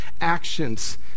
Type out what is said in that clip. actions